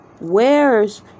wears